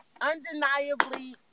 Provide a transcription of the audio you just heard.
Undeniably